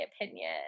opinion